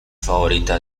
favorita